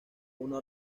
una